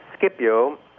Scipio